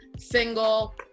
single